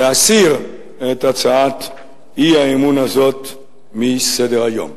להסיר את הצעת האי-אמון הזאת מסדר-היום.